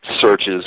searches